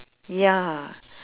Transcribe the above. ya